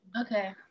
okay